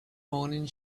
morning